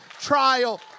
trial